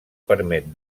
permet